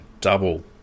Double